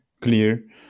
clear